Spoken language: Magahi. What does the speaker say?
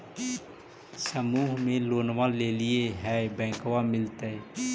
समुह मे लोनवा लेलिऐ है बैंकवा मिलतै?